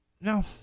no